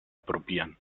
probieren